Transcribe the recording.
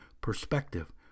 Perspective